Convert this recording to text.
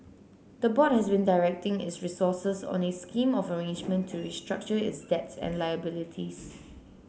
the board has been directing its resources on a scheme of arrangement to restructure its debts and liabilities